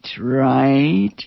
right